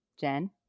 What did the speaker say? Jen